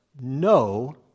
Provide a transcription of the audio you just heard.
no